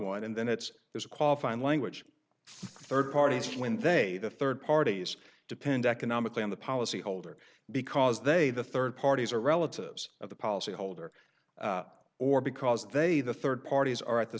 one and then it's there's a qualifying language third parties when they the third parties depend economically on the policy holder because they the third parties are relatives of the policyholder or because they the third parties are at the